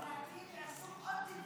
יואב, לדעתי הם יעשו עוד תיקון.